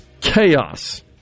chaos